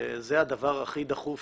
וזה הדבר הכי דחוף